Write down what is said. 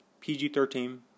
PG-13